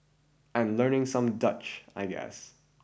and learning some Dutch I guess